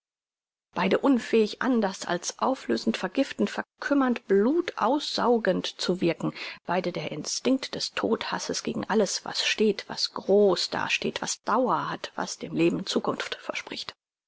beide unfähig anders als auflösend vergiftend verkümmernd blutaussaugend zu wirken beide der instinkt des todhasses gegen alles was steht was groß dasteht was dauer hat was dem leben zukunft verspricht